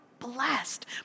Blessed